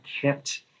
kept